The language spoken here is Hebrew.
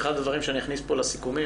אחד הדברים שאני אכניס פה לסיכומים,